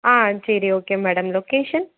ஆ சரி okay madam location